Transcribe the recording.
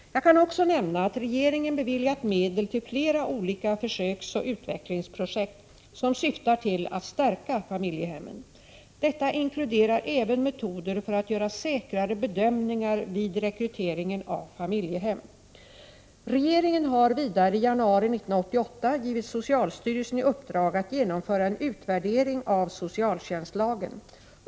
Jag kan också nämna att regeringen beviljat medel till flera olika försöksoch utvecklingsprojekt som syftar till att stärka familjehemmen. Detta inkluderar även metoder för att göra säkrare bedömningar vid rekryteringen av familjehem. Regeringen har vidare i januari 1988 givit socialstyrelsen i uppdrag att genomföra en utvärdering av socialtjänstlagen.